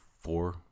four